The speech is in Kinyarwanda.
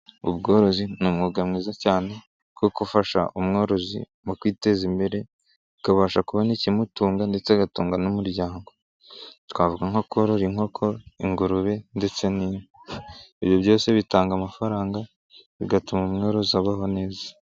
Ubworozi ni umwuga mwiza cyane kuko ufasha umworozi mu kwiteza imbere akabasha kubona ikimutunga ndetse agatungwa n'umuryango. Twavuga nko korora inkoko, ingurube ndetse n' ibyo byose bitanga amafaranga, bigatuma umworozi abaho neza.